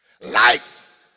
Lights